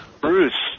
Bruce